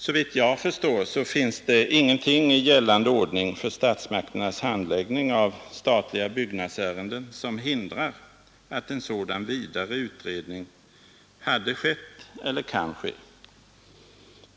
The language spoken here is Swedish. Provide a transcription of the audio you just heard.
Såvitt jag förstår finns ingenting i gällande ordning för statsmakternas handläggning av statliga byggnadsärenden som hindrar att en sådan vidare utredning hade skett eller kan ske.